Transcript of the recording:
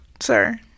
sir